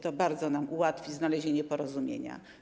To bardzo nam ułatwi znalezienie porozumienia.